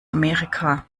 amerika